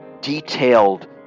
detailed